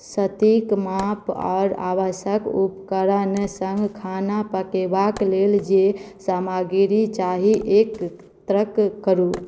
सटीक माप आओर आवश्यक उपकरण सङ्ग खाना पकेबाक लेल जे सामग्री चाही एकत्र करू